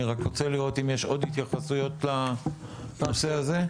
אני רק רוצה לראות אם יש עוד התייחסויות לנושא הזה.